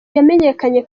yamenyekanye